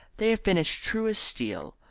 they have been as true as steel.